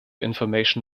information